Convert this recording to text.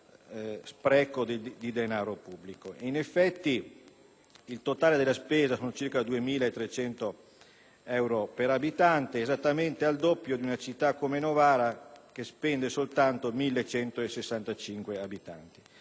il totale della spesa di Napoli è di circa 2.300 euro per abitante: esattamente il doppio di una città come Novara che spende soltanto 1.165 euro